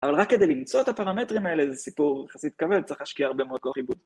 ‫אבל רק כדי למצוא את הפרמטרים האלה, ‫זה סיפור יחסית כבד, ‫צריך להשקיע הרבה מאוד כוח עיבוד.